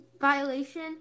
violation